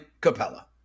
Capella